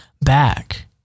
back